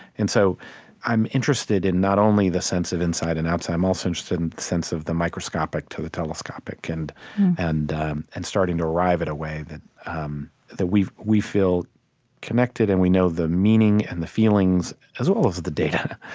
so i'm interested in not only the sense of inside and outside i'm also interested in the sense of the microscopic to the telescopic and and starting to arrive at a way that um that we we feel connected, and we know the meaning and the feelings, as well as the data,